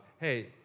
hey